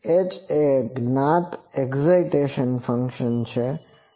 h એ જ્ઞાત excitation function છે